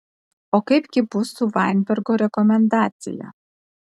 o kaip gi bus su vainbergo rekomendacija